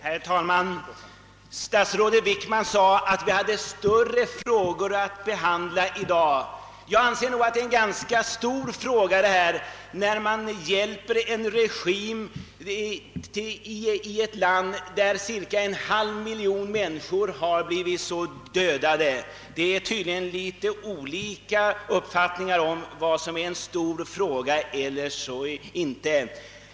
Herr talman! Statsrådet Wickman sade, att vi hade större frågor att behandla i dag. Jag anser emellertid att det är en stor fråga — man hjälper en regim i ett land där cirka en halv miljon människor hittills har dödats i ett blodigt inbördeskrig. Det råder tydligen olika uppfattningar om vad som är stora frågor eller ej.